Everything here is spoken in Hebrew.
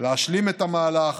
להשלים את המהלך